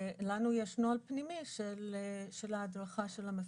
לנו יש נוהל פנימי של ההדרכה של המפקחים.